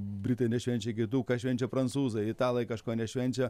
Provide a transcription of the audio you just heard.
britai nešvenčia kitų ką švenčia prancūzai italai kažko nešvenčia